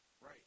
right